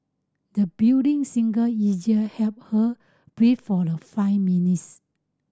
the building singer easier help her breath for the five minutes